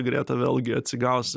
greta vėlgi atsigaus